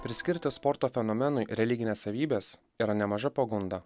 priskirti sporto fenomenui religines savybes yra nemaža pagunda